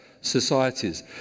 societies